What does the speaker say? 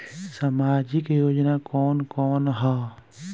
सामाजिक योजना कवन कवन ह?